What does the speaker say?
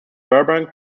burbank